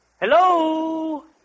Hello